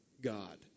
God